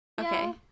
Okay